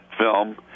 film